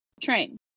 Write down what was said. Train